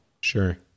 Sure